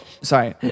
sorry